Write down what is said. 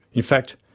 in fact,